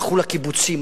הלכו לקיבוצים,